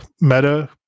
meta